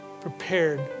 prepared